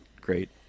Great